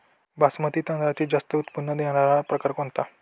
बासमती तांदळातील जास्त उत्पन्न देणारा प्रकार कोणता?